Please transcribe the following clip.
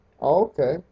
okay